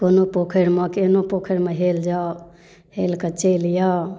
कोनो पोखरिमे केहनो पोखरिमे हेल जाउ हेलकऽ चलि आउ